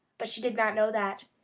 but she did not know that.